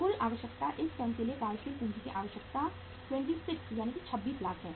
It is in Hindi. कुल आवश्यकता इस फर्म के लिए कार्यशील पूंजी की आवश्यकता 2 6 यानी 26 लाख है